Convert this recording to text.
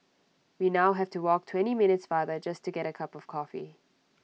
we now have to walk twenty minutes farther just to get A cup of coffee